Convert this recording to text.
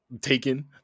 taken